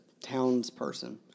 townsperson